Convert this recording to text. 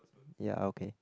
ya okay